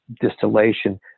distillation